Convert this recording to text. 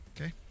Okay